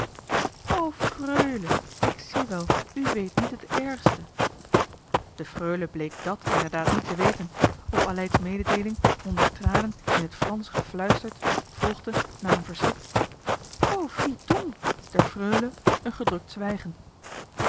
freule ik zie wel u weet niet het ergste de freule bleek dat inderdaad niet te weten op aleid's mededeeling onder tranen in het fransch gefluisterd volgde na een verschrikt oh fi donc der freule een gedrukt zwijgen